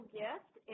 gift